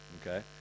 Okay